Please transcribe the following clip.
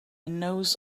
knows